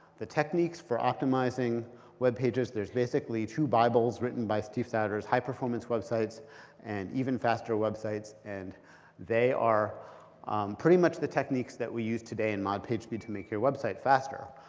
the techniques for optimizing webpages, there's basically two bibles written by steve souders high performance websites and even faster websites. and they are pretty much the techniques that we use today in mod pagespeed to make your website faster.